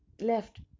left